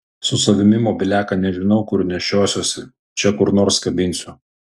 su savimi mobiliaką nežinau kur nešiosiuosi čia kur nors kabinsiu